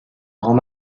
grands